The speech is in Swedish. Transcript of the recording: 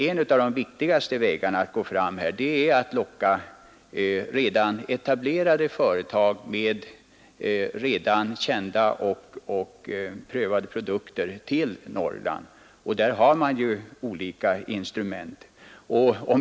En av de viktigaste vägarna att gå fram på är att till Norrland locka redan etablerade företag med kända och prövade produkter. För detta ändamål har man ju olika instrument.